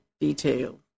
detail